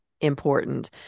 important